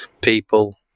people